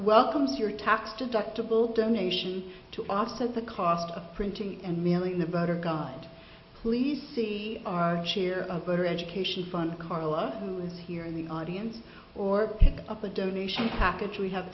welcomes your tax deductible donations to offset the cost of printing and mailing the voter god please see our share of voter education fund carla who is here in the audience or pick up a donation package we have